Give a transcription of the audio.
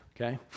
Okay